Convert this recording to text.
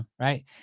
right